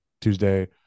Tuesday